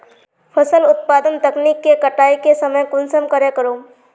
फसल उत्पादन तकनीक के कटाई के समय कुंसम करे करूम?